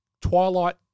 Twilight